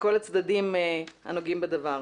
הצדדים הנוגעים בדבר.